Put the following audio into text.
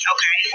Okay